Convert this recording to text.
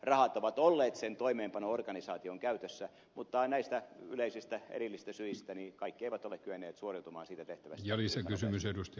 rahat ovat olleet sen toimeenpano organisaation käytössä mutta näistä yleisistä erillisistä syistä kaikki eivät ole kyenneet suoriutumaan siitä tehtävästä yhtä nopeasti